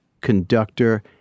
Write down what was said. conductor